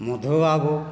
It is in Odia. ମଧୁ ବାବୁ